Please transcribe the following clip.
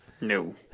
No